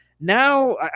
now